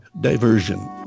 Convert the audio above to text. Diversion